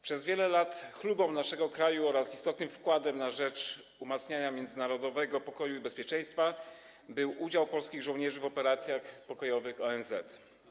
Przez wiele lat chlubą naszego kraju oraz istotnym wkładem na rzecz umacniania międzynarodowego pokoju i bezpieczeństwa był udział polskich żołnierzy w operacjach pokojowych ONZ.